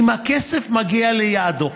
אם הכסף מגיע ליעדו.